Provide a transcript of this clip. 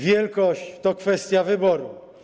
Wielkość to kwestia wyboru.